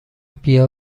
بیا